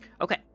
okay